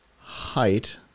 height